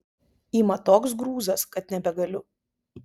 ima toks grūzas kad nebegaliu